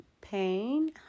pain